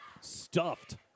stuffed